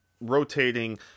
rotating